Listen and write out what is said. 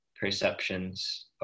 perceptions